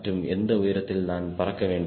மற்றும் எந்த உயரத்தில் நான் பறக்க வேண்டும்